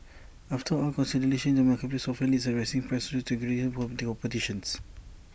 after all consolidation in the marketplace often leads to rising prices due to decreased competition